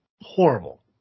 Horrible